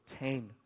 obtain